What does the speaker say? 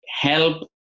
help